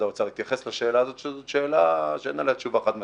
האוצר כבר התייחס לשאלה הזאת שהיא שאלה שאין עליה תשובה חד משמעית.